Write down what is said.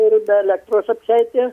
ir be elektros apsieiti